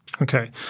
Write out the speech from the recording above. Okay